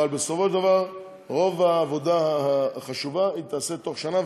אבל בסופו של דבר רוב העבודה החשובה תיעשה תוך שנה,